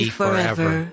forever